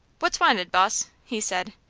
what's wanted, boss? he said.